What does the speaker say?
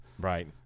right